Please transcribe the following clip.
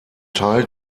teil